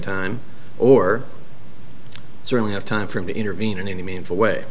time or certainly have time for him to intervene in any meaningful way